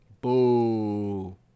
boo